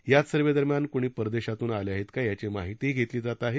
याच सर्व्हेदरम्यान कोणी परदेशातून आले आहेत का याची माहितीही घेतली जात आहे